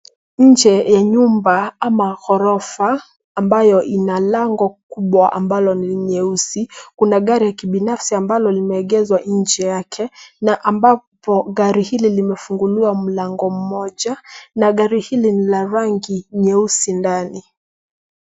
Nje ya nyumba ama orofa ambayo ina lango kubwa ambalo ni jeusi, kuna gari la kibinafsi ambalo limeegezwa nje na ambapo gari hili limefunguliwa mlango moja na gari hili ni la rangi nyeusi ndani.